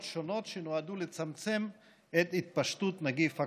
שונות שנועדו לצמצם את התפשטות נגיף הקורונה.